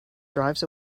drives